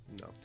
No